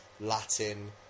Latin